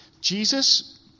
Jesus